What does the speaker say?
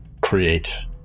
create